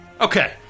Okay